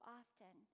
often